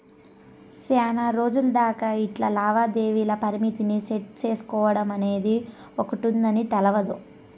సేనారోజులు దాకా ఇట్లా లావాదేవీల పరిమితిని సెట్టు సేసుకోడమనేది ఒకటుందని తెల్వదు